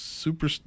Super